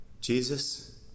Jesus